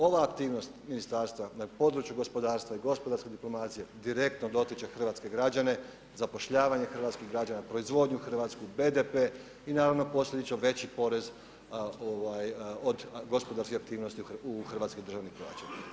Ova aktivnost ministarstva na području gospodarstva i gospodarske diplomacije direktno dotiče hrvatske građane, zapošljavanje hrvatskih građana, proizvodnju hrvatsku, BDP i naravno posljedično veći porez od gospodarskih aktivnosti u hrvatski državni proračun.